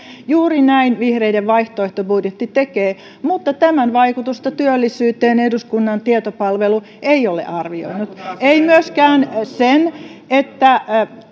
juuri näin vihreiden vaihtoehtobudjetti tekee mutta tämän vaikutusta työllisyyteen eduskunnan tietopalvelu ei ole arvioinut ei myöskään sen vaikutusta että